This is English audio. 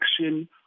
action